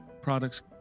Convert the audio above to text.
products